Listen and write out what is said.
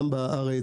גם בארץ,